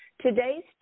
today's